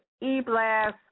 e-blast